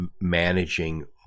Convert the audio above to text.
managing